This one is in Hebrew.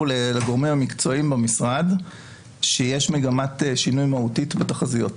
לגורמים המקצועיים במשרד שיש מגמת שינוי מהותית בתחזיות.